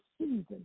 season